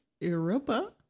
Europa